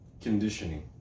conditioning